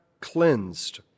cleansed